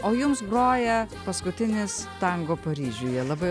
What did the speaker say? o jums groja paskutinis tango paryžiuje labai